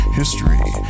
history